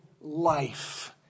life